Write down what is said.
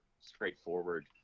straightforward